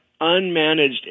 unmanaged